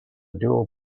dual